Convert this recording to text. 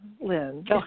Lynn